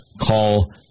call